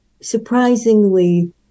surprisingly